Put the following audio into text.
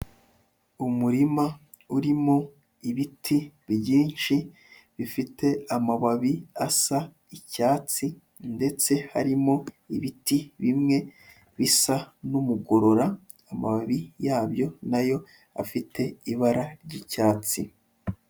Umurima urimo ibiti byinshi bifite amababi asa icyatsi, ndetse harimo ibiti bimwe bisa n'umugorora, amababi yabyo na yo afite ibara ry'icyatsi.